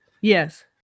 Yes